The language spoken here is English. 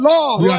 Lord